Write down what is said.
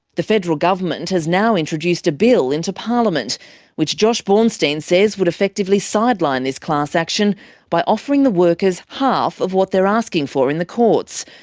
the federal government has now introduced a bill into parliament which josh bornstein says would effectively sideline this class action by offering the workers half of what they're asking for in the courts.